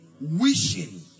wishing